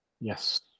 Yes